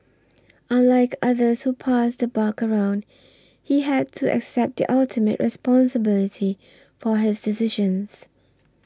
unlike others who passed the buck around he had to accept the ultimate responsibility for his decisions